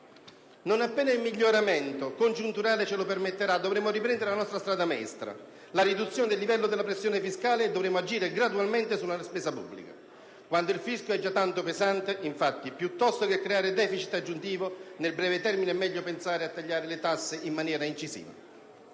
Non appena il miglioramento congiunturale ce lo permetterà, dovremo riprendere la nostra strada maestra, la riduzione del livello della pressione fiscale, e dovremo agire gradualmente sulla nostra spesa pubblica. Quando il fisco è già tanto pesante, infatti, piuttosto che creare deficit aggiuntivo nel breve termine è meglio pensare a tagliare le tasse in maniera incisiva.